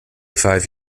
five